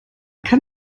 kann